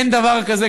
אין דבר כזה,